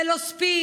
זה לא ספין,